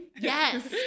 Yes